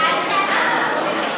אחריה.